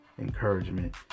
encouragement